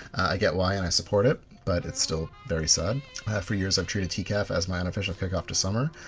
i get why and i support it but it's still very sad for years i've treated tcaf as my unofficial kick off to summer,